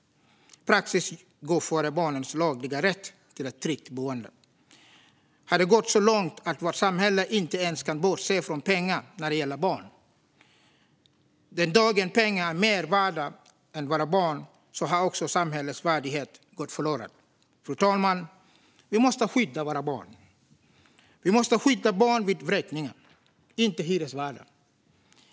Praxis går före barnets lagliga rätt till ett tryggt boende. Har det gått så långt att vårt samhälle inte kan bortse från pengar ens när det gäller barn? Den dagen pengar är mer värda än våra barn har också samhällets värdighet gått förlorad. Fru talman! Vi måste skydda barn vid vräkning, inte hyresvärdar.